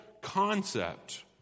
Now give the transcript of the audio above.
concept